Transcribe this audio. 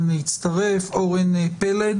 אורן פלד